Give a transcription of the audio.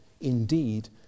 indeed